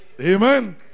Amen